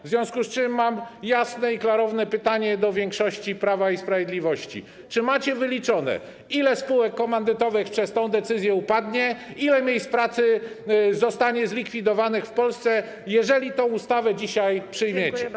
W związku z czym mam jasne i klarowne pytanie do większości Prawa i Sprawiedliwości: Czy macie wyliczone, ile spółek komandytowych przez tę decyzję upadnie, ile miejsc pracy zostanie zlikwidowanych w Polsce, jeżeli tę ustawę dzisiaj przyjmiecie?